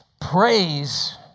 praise